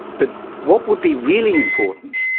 but what would be really important,